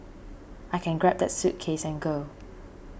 I can grab that suitcase and go